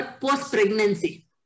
post-pregnancy